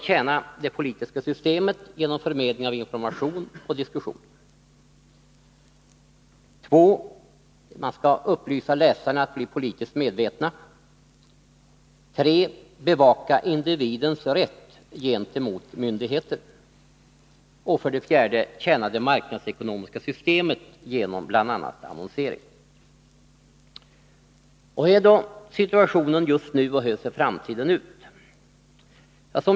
Tjäna det politiska systemet genom förmedling av information och diskussion. 2. Upplysa läsarna så att de blir politiskt medvetna. 3. Bevaka individens rätt gentemot myndigheter. 4. Tjäna det marknadsekonomiska systemet genom bl.a. annonsering. Hur är då situationen just nu och hur ser framtiden ut?